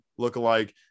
lookalike